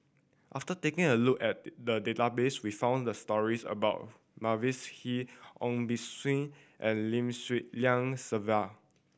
after taking a look at the the database we found the stories about Mavis Hee Ong Beng Seng and Lim Swee Lian Sylvia